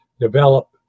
develop